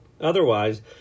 Otherwise